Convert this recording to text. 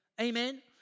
Amen